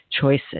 choices